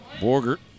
Borgert